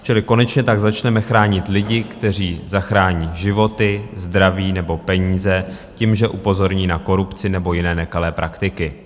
Čili konečně tak začneme chránit lidi, kteří zachrání životy, zdraví nebo peníze tím, že upozorní na korupci nebo jiné nekalé praktiky.